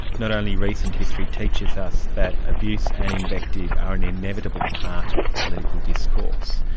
not only recent history, teaches us that abuse and invective are an inevitable part of political discourse.